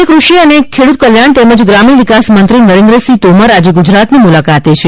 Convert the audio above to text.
કેન્દ્રીય કૃષિ અને ખેડૂતકલ્યાણ તેમજ ગ્રામીણ વિકાસ મંત્રી નરેન્દ્રસિંહ તોમર આજે ગુજરાતની મુલાકાતે છે